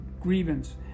grievance